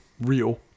real